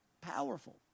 Powerful